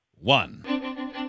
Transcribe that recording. one